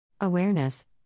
Awareness